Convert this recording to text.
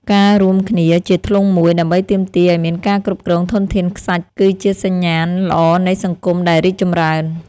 ការរួមគ្នាជាធ្លុងមួយ ដើម្បីទាមទារឱ្យមានការគ្រប់គ្រងធនធានខ្សាច់គឺជាសញ្ញាណល្អនៃសង្គមដែលរីកចម្រើន។